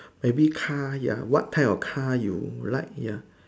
maybe car ya what type of car you like ya